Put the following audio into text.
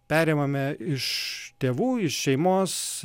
perimame iš tėvų iš šeimos